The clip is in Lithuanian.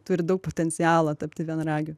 turi daug potencialo tapti vienaragiu